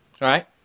right